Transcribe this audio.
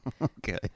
Okay